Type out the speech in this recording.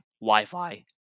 Wi-Fi